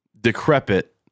decrepit